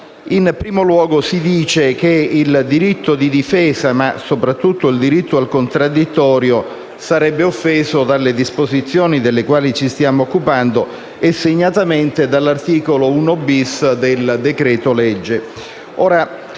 In primo luogo si dice che il diritto di difesa, ma soprattutto il diritto al contraddittorio, sarebbe offeso dalle disposizioni delle quali ci stiamo occupando e, segnatamente, dall'articolo 1-*bis* del decreto-legge.